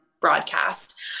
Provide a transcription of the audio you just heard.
broadcast